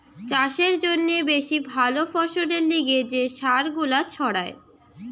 চাষের জন্যে বেশি ভালো ফসলের লিগে যে সার গুলা ছড়ায়